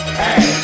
hey